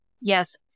Yes